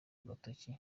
agatoki